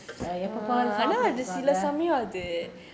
எப்ப பாரு சாப்பிட்டு இருக்காத:eppa paaru saapittu irukatha